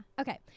okay